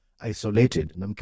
Isolated